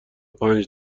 پنج